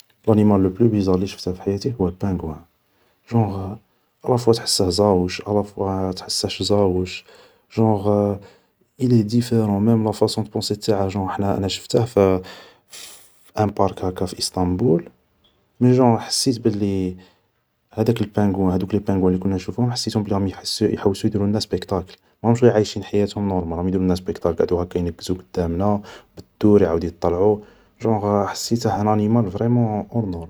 لانيمال لو بلو بيزار اللي شفته في حياتي هو البانقوان, جوزغ الافوا تحسه زاوش, الافوا ما تحسهش زاوش, جونغ الي ديفيرون مام لا فاصون دو بونصي تاعه, جونغ حنا انا شفته في ان بارك هاكا في إسطنبول, مي جونر حسيت بلي هداك البانقوان هدوك لي بانقوان لي كنا نشوفوهم حسيت بلي راهم يحوسو يديرولنا سبيكتاكل, ماراهمش غي عايشين حياتهم نورمال, راهم يديرولنا سبيكتاكل, قعدو هاكا ينقزو قدامنا بتور, يعاود يطلعو, جونغ حسيته ان انيمال فريمون اور نورم